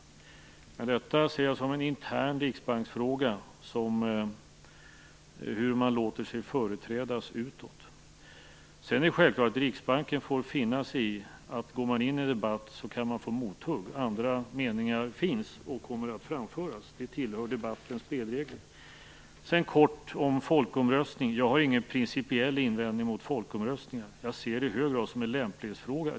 Hur man låter sig företrädas utåt ser jag som en intern riksbanksfråga. Sedan får Riksbanken självfallet finna sig i att man kan få mothugg om man går in i en debatt. Det finns ju andra meningar, och de kommer att framföras; det tillhör debattens spelregler. För det andra vill jag kort ta upp frågan om folkomröstning. Jag har ingen principiell invändning mot folkomröstningar. Jag ser det i hög grad som en lämplighetsfråga.